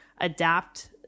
adapt